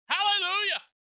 Hallelujah